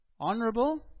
honorable